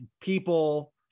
people